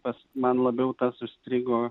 tas man labiau tas užstrigo